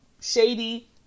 shady